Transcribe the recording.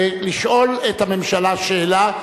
לשאול את הממשלה שאלה,